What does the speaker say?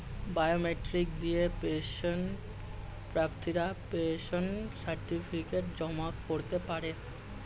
biometric machine দিয়ে pension প্রার্থীরা pension certificate জমা করতে পারে